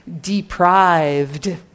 deprived